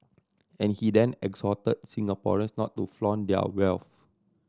and he then exhorted Singaporeans not to flaunt their wealth